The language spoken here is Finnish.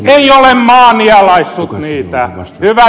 ei ole maa nielaissut niitä